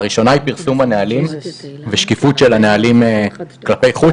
הראשונה היא פרסום הנהלים ושקיפות של הנהלים כלפי חוץ.